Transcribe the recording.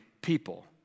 people